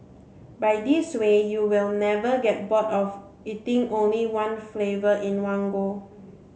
by this way you will never get bored of eating only one flavour in one go